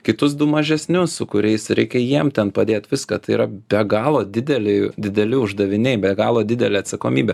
kitus du mažesnius su kuriais reikia jiem ten padėt viską tai yra be galo dideli dideli uždaviniai be galo didelė atsakomybė